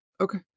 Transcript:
okay